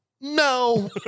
No